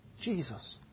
Jesus